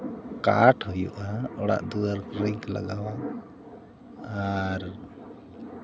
ᱠᱟᱴᱷ ᱦᱩᱭᱩᱜᱼᱟ ᱚᱲᱟᱜ ᱫᱩᱣᱟᱹᱨ ᱨᱤᱧ ᱞᱟᱜᱟᱣᱟ ᱟᱨ